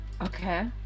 okay